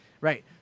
Right